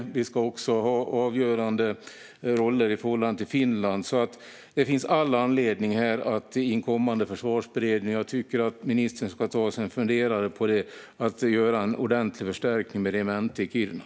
Vi ska också ha avgörande roller i förhållande till Finland, så det finns all anledning för ministern att inför inkommande försvarsberedning ta sig en funderare på att göra en ordentlig förstärkning med ett regemente i Kiruna.